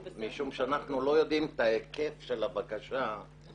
משום שאנחנו לא יודעים את ההיקף של הבקשה,